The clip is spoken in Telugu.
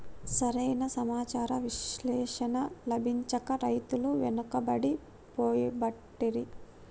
సరి అయిన సమాచార విశ్లేషణ లభించక రైతులు వెనుకబడి పోబట్టిరి